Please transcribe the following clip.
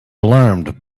alarmed